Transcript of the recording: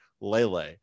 Lele